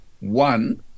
One